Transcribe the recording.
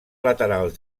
laterals